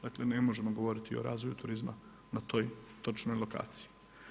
Dakle ne možemo govoriti o razvoju turizma na toj točnoj lokaciji.